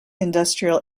industrial